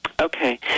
Okay